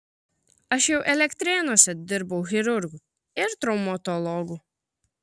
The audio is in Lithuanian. aš jau elektrėnuose dirbau chirurgu ir traumatologu